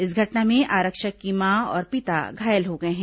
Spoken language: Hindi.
इस घटना में आरक्षक की मां और पिता घायल हो गए हैं